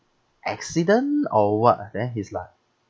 accident or what then he's like